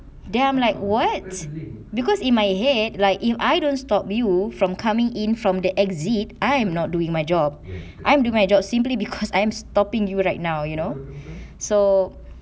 damn like what because in my head like if I don't stop you from coming in from the exit I am not doing my job I'm doing my job simply because I'm stopping you right now you know so